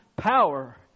power